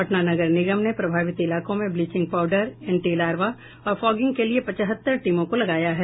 पटना नगर निगम ने प्रभावित इलाकों में ब्लींचिग पाउडर एंटी लार्वा और फॉगिंग के लिए पचहत्तर टीमों को लगाया है